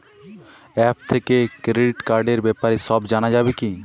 App থেকে credit কার্ডর ব্যাপারে সব জানা যাবে কি?